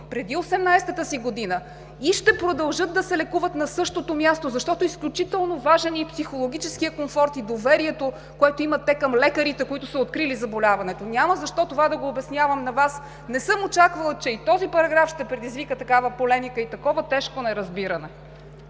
преди 18-ата си година и ще продължат да се лекуват на същото място, защото изключително важен е и психологическият комфорт, и доверието, което имат към лекарите, които са открили заболяването. Няма защо да го обяснявам на Вас. Не съм очаквала, че и този параграф ще предизвика такава полемика и такова тежко неразбиране.